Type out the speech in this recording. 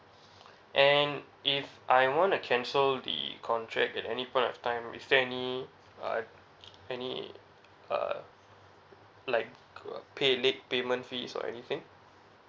and if I want to cancel the contract at any point of time is there any like any uh like pay late payment fees or anything